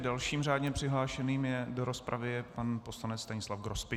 Dalším řádně přihlášeným do rozpravy je pan poslanec Stanislav Grospič.